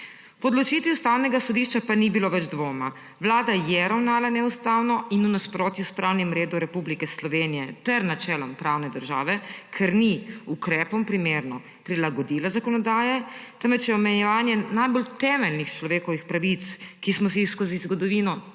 odločitvi Ustavnega sodišča pa ni bilo več dvoma, Vlada je ravnala neustavno in v nasprotju s pravnim redom Republike Slovenije ter načelom pravne države, ker ni ukrepom primerno prilagodila zakonodaje, temveč je omejevanje najbolj temeljnih človekovih pravic, ki smo si jih skozi zgodovino